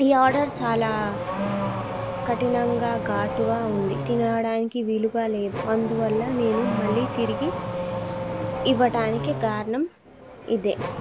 ఈ ఆర్డర్ చాలా కఠినంగా ఘాటుగా ఉంది తినడానికి వీలుగా లేదు అందువల్ల నేను మళ్ళీ తిరిగి ఇవ్వడానికి కారణం ఇదే